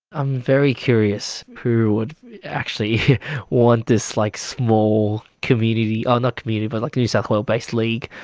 i'm very curious who would actually want this like small community, ah not community, but like new south wales based league,